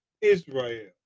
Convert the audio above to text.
Israel